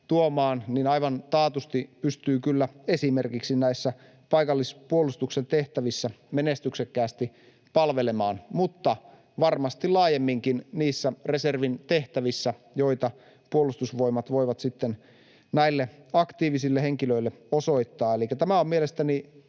tuomaan, niin aivan taatusti pystyy kyllä esimerkiksi näissä paikallispuolustuksen tehtävissä menestyksekkäästi palvelemaan — mutta varmasti laajemminkin niissä reservin tehtävissä, joita Puolustusvoimat voi sitten näille aktiivisille henkilöille osoittaa. Elikkä tämä on mielestäni